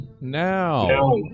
now